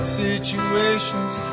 situations